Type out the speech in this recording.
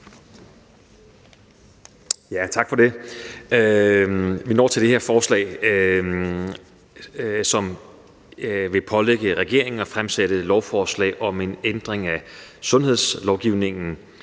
Tak for det. Vi er nu nået til det her forslag, som vil pålægge regeringen at fremsætte et lovforslag om en ændring af sundhedslovgivningen